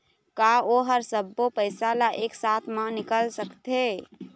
का ओ हर सब्बो पैसा ला एक साथ म निकल सकथे?